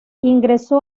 ingresó